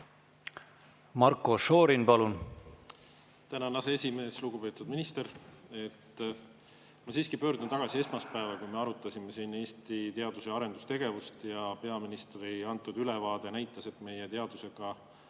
Marko Šorin, palun!